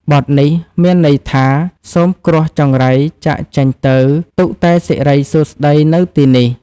បទនេះមានន័យថា សូមគ្រោះចង្រៃចាកចេញទៅ ទុកតែសិរីសួស្ដីនៅទីនេះ។